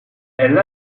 elle